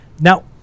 Now